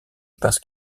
parce